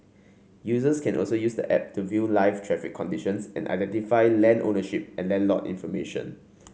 users can also use the app to view live traffic conditions and identify land ownership and land lot information